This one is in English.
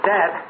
Dad